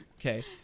Okay